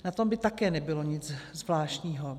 Na tom by také nebylo nic zvláštního.